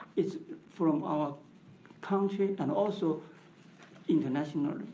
it's from our country and also internationally.